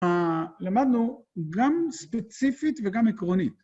למדנו, גם ספציפית וגם עקרונית.